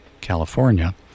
California